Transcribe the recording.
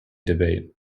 debate